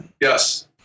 Yes